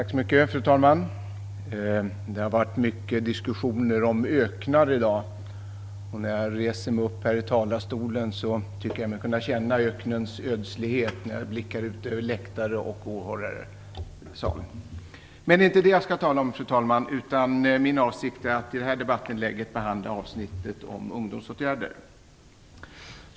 Fru talman! Det har varit mycket diskussioner om öknar i dag. När jag ställer mig i talarstolen tycker jag mig känna öknens ödslighet, när jag blickar ut över läktare och åhörare i salen. Men det är inte det jag skall tala om. Fru talman! Jag har för avsikt att i mitt debattinlägg behandla avsnittet om ungdomsåtgärder.